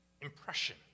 impression